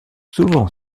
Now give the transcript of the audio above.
souvent